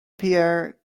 pierre